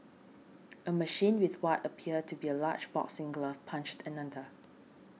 a machine with what appeared to be a large boxing glove punched another